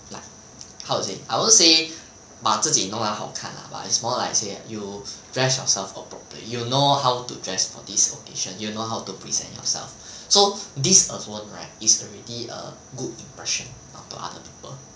like how to say I won't say 把自己弄到好看 lah but it's more like say you dress yourself appropriately you know how to dress for this occasion you know how to present yourself so this alone right is already a good impression to other people